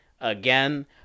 again